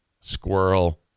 Squirrel